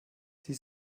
sie